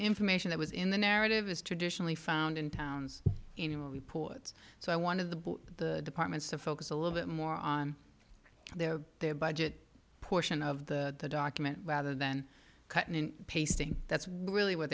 information that was in the narrative is traditionally found in towns in reports so i wanted the book the departments to focus a little bit more on their their budget portion of the document rather than cutting and pasting that's really what